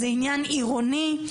זה עניין עירוני,